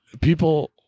People